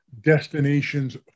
destinations